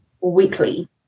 weekly